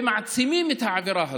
ומעצימים את העבירה הזאת,